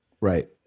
Right